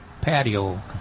patio